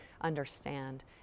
understand